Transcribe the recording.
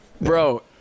Bro